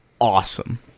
awesome